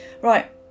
right